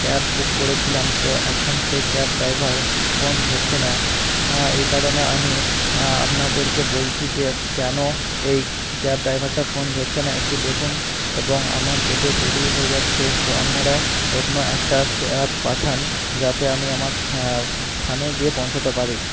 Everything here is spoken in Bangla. ক্যাব বুক করেছিলাম তো এখন সেই ক্যাব ড্রাইভার ফোন ধরছে না এই কারণে আমি আপনাদেরকে বলছি যে কেন এই ক্যাব ড্রাইভারটা ফোন ধরছে না একটু দেখুন এবং আমার যেতে দেরি হয়ে যাচ্ছে তো আপনারা অন্য একটা ক্যাব পাঠান যাতে আমি আমার স্থানে গিয়ে পৌঁছাতে পারি